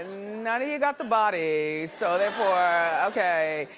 none of you got the body, so therefore, okay.